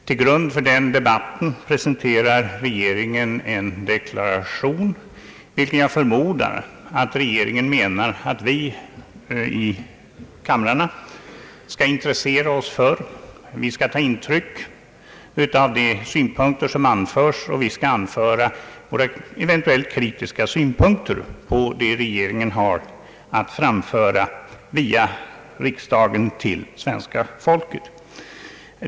Till grund för den debatten presenterar regeringen en deklaration, vilken jag förmodar att regeringen menar att vi i kamrarna skall intressera oss för; vi skall ta intryck av de synpunkter som anförs och vi skall anföra eventuella kritiska synpunkter på vad regeringen har att via riksdagen framföra till svenska folket.